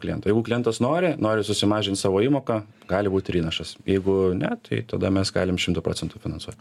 kliento jeigu klientas nori nori susimažint savo įmoką gali būt ir įnašas jeigu ne tai tada mes galim šimtu procentų finansuot